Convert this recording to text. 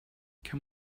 can